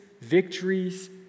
victories